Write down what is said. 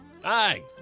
Hi